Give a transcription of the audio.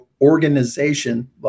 organization